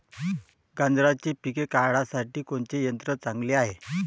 गांजराचं पिके काढासाठी कोनचे यंत्र चांगले हाय?